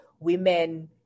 women